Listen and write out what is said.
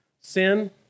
sin